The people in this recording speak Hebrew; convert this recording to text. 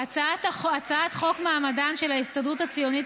הצעת חוק מעמדן של ההסתדרות הציונית